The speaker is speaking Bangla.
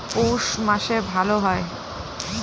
পৌষ মাসে ভালো হয়?